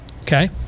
Okay